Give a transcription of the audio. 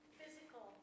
physical